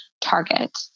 target